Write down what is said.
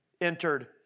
entered